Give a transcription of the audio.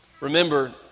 Remember